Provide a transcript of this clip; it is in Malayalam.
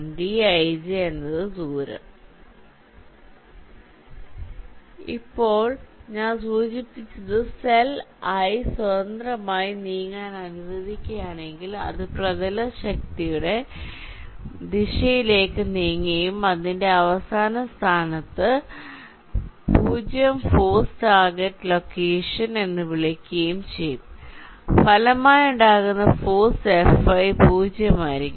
d ij എന്നത് ദൂരവും ഇപ്പോൾ ഞാൻ സൂചിപ്പിച്ചത് സെൽ i സ്വതന്ത്രമായി നീങ്ങാൻ അനുവദിക്കുകയാണെങ്കിൽ അത് പ്രബല ശക്തിയുടെ ദിശയിലേക്ക് നീങ്ങുകയും അതിന്റെ അവസാന സ്ഥാനത്ത് 0 ഫോഴ്സ് ടാർഗെറ്റ് ലൊക്കേഷൻ എന്ന് വിളിക്കുകയും ചെയ്യുന്നു ഫലമായുണ്ടാകുന്ന ഫോഴ്സ് Fi 0 ആയിരിക്കും